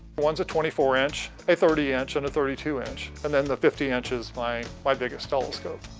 one's a twenty four inch, a thirty yeah inch, and a thirty two inch. and then the fifty inch is my my biggest telescope.